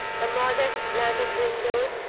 the modest lattice-windows,